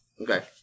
Okay